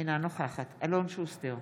אינה נוכחת אלון שוסטר,